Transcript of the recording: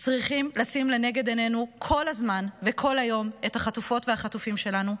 צריכים לשים לנגד עינינו כל הזמן וכל היום את החטופות והחטופים שלנו.